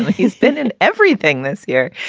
he's been in everything this year.